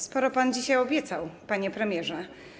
Sporo pan dzisiaj obiecał, panie premierze.